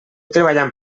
treballant